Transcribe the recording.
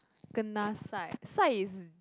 kanasai sai is